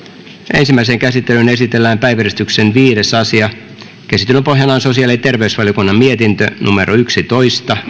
ensimmäiseen käsittelyyn esitellään päiväjärjestyksen viides asia käsittelyn pohjana on sosiaali ja terveysvaliokunnan mietintö yksitoista